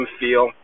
feel